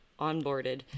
onboarded